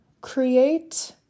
create